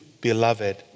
beloved